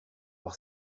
voir